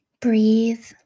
breathe